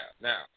now